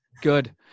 Good